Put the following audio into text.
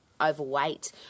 overweight